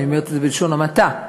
אני אומרת את זה בלשון המעטה.